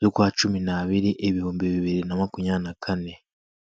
z'ukwa cumi n'abiri, ibihumbi bibiri na makumyabiri na kane.